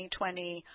2020